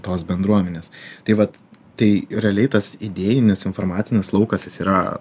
tos bendruomenės tai vat tai realiai tas idėjinis informacinis laukas jis yra